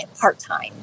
part-time